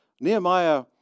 Nehemiah